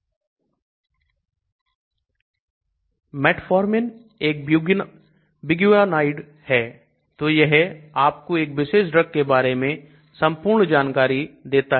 Metformin एक biguanide है तो यह आपको एक विशेष ड्रग के बारे में संपूर्ण जानकारी देता है